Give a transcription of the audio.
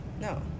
No